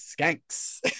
skanks